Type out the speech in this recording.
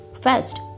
First